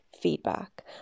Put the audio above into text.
feedback